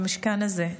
במשכן הזה,